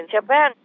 Japan